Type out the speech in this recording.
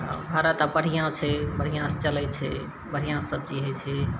हँ भारत आब बढ़िआँ छै बढ़िआँसे चलै छै बढ़िआँ सबचीज होइ छै